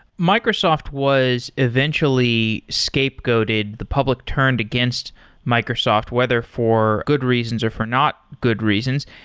microsoft was eventually scapegoated. the public turned against microsoft, whether for good reasons or for not good reasons.